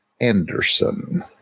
Anderson